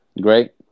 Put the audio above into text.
Great